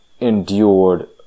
endured